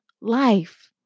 life